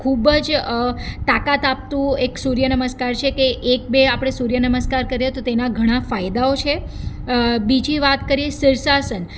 તે ખૂબ જ તાકાત આપતું એક સૂર્યનમસ્કાર છે કે એ એક બે આપણે સૂર્યનમસ્કાર કરીએ તો તેના ઘણા ફાયદાઓ છે બીજી વાત કરીએ શીર્ષાસન